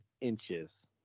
inches